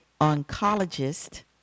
oncologist